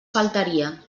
faltaria